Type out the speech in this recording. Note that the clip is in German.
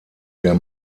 der